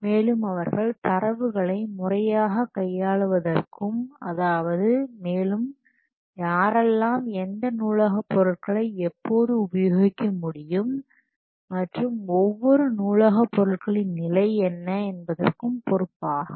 மேலும் அவர்கள் தரவுகளை முறையாக கையாளுவதற்கும் அதாவது மேலும் யாரெல்லாம் எந்த நூலக பொருட்களை எப்போது உபயோகிக்க முடியும் மற்றும் ஒவ்வொரு நூலக பொருட்களின் நிலை என்ன என்பதற்கும் பொறுப்பாகும்